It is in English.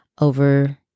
over